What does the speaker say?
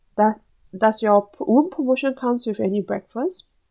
does does your room promotion comes with any breakfast